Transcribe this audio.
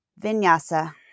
vinyasa